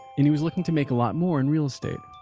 and he was looking to make a lot more in real estate.